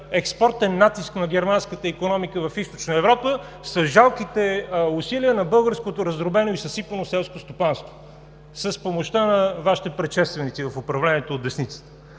експортен натиск на германската икономика в Източна Европа с жалките усилия на българското раздробено и съсипано селско стопанство, с помощта на Вашите предшественици в управлението от десницата.